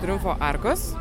triumfo arkos